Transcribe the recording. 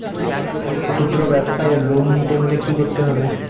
খুদ্রব্যাবসায় লোন নিতে হলে কি করতে হবে?